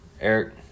Eric –